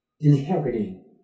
inheriting